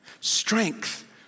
Strength